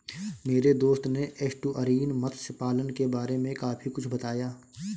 मेरे दोस्त ने एस्टुअरीन मत्स्य पालन के बारे में काफी कुछ बताया